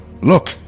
Look